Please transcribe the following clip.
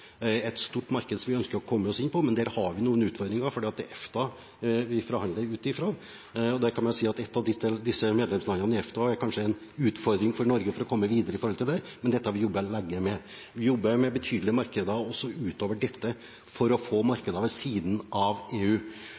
India et stort marked som vi ønsker å komme oss inn på, men der har vi noen utfordringer, for det er EFTA vi forhandler ut fra. Da kan man si at som et av medlemslandene i EFTA er det kanskje en utfordring for Norge å komme videre med det, men dette har vi jobbet lenge med. Vi jobber med betydelige markeder også utover dette for å få markeder i tillegg til EU.